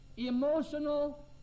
Emotional